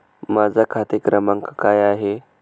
माझा खाते क्रमांक काय आहे?